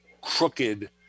crooked